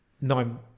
Nine